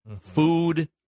food